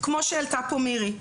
כמו שהעלתה פה מירי.